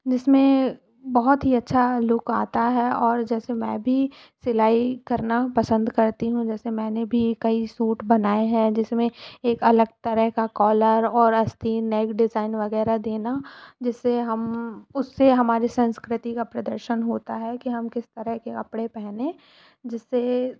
जिसमें बहुत ही अच्छा लुक आता है और जैसे मैं भी सिलाई करना पसंद करती हूँ जैसे मैंने भी कई सूट बनाए हैं जिसमें एक अलग तरह का कॉलर और आस्तीन नई डिज़ाइन वग़ैरह देना जिससे हम उससे हमारी संस्कृति का प्रदर्शन होता है कि हम किस तरह के कपड़े पेहने जिससे